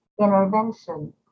intervention